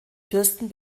fürsten